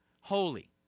holy